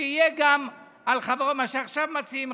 שזה יהיה גם על מה שעכשיו מציעים,